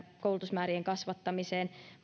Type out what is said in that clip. koulutusmäärien kasvattamiseen